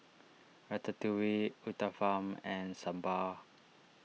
Ratatouille Uthapam and Sambar